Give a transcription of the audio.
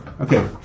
Okay